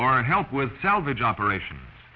or help with salvage operations